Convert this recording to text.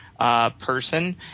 Person